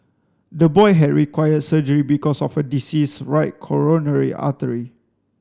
the boy had required surgery because of a diseased right coronary artery